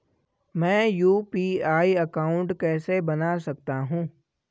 मैं UPI account कैसे बना सकता हूं?